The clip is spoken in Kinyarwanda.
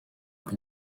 kuko